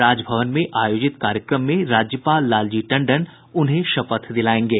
राजभवन में आयोजित कार्यक्रम में राज्यपाल लालजी टंडन उन्हें शपथ दिलायेंगे